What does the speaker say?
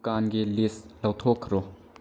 ꯗꯨꯀꯥꯟꯒꯤ ꯂꯤꯁ ꯂꯧꯊꯣꯛꯈ꯭ꯔꯣ